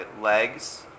legs